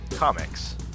Comics